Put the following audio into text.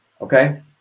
Okay